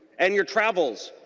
and your travels.